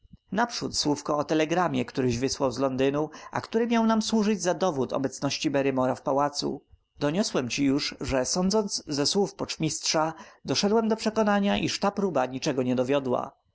naprzód słówko o telegramie któryś wysłał z londynu a który miał nam służyć za dowód obecności barrymora w pałacu donosiłem ci już że sądząc ze słów pocztmistrza doszedłem do przekonania iż ta próba niczego nie dowiodła